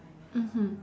mmhmm